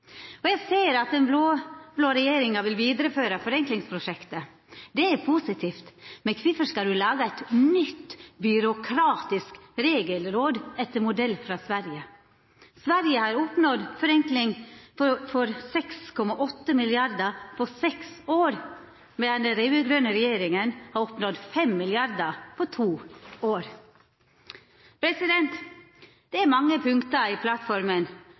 revisorplikt. Eg ser at den blå-blå regjeringa vil vidareføra forenklingsprosjektet. Dette er positivt, men kvifor skal ein laga eit nytt byråkratisk regelråd etter modell frå Sverige? Sverige har oppnådd forenkling for 6,8 mrd. kr på seks år, medan den raud-grøne regjeringa har oppnådd 5 mrd. kr på to år. Det er mange punkt i plattforma